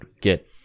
get